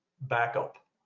backup